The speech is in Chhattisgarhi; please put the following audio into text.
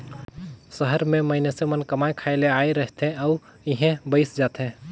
सहर में मइनसे मन कमाए खाए ले आए रहथें अउ इहें बइस जाथें